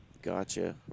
Gotcha